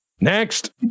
Next